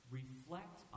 reflect